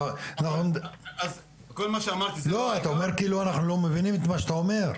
אתה אומר כאילו אנחנו לא מבינים את מה שאתה אומר.